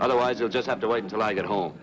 otherwise you'll just have to wait until i get home